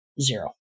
zero